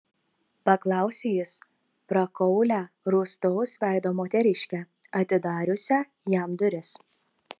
paklausė jis prakaulią rūstaus veido moteriškę atidariusią jam duris